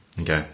Okay